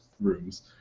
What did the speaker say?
rooms